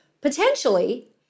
Potentially